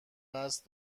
قصد